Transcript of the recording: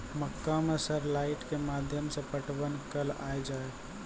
मक्का मैं सर लाइट के माध्यम से पटवन कल आ जाए?